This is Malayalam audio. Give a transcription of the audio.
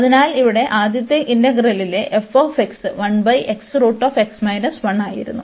അതിനാൽ ഇവിടെ ആദ്യത്തെ ഇന്റഗ്രലിലെ ആയിരുന്നു